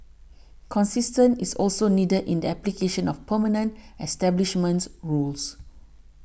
consistent is also needed in the application of permanent establishment rules